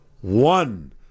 one